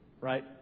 right